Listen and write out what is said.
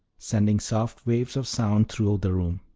sending soft waves of sound through the room.